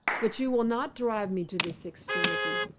but you will not drive me to this extremity.